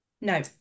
No